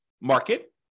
market